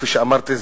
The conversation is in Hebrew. כפי שאמרתי,